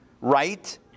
right